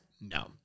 No